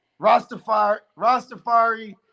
Rastafari